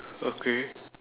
okay